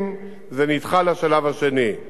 כלומר, כרגע עדיף לעשות את כביש חוצה-ישראל,